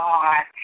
God